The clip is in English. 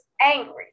angry